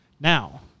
Now